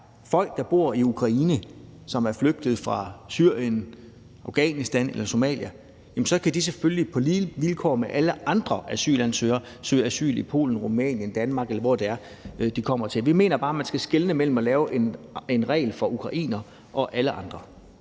folk, der bor i Ukraine, som er flygtet fra Syrien, Afghanistan eller Somalia, så kan de selvfølgelig på lige vilkår med alle andre asylansøgere søge asyl i Polen, Rumænien, Danmark, eller hvor de kommer til. Vi mener bare, at man skal skelne mellem at lave en regel for ukrainere og en for alle andre.